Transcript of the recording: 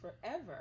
forever